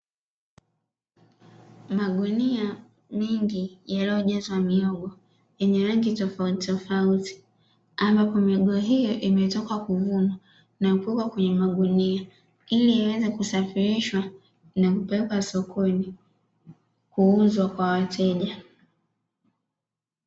Magunia mengi yaliyojazwa mihogo yenye rangi tofauti tofauti, ambapo mihogo hiyo imetoka kuvunwa na kuwekwa kwenye magunia ili iweze kusafirishwa na kupelekwa sokoni kuuzwa kwa wateja.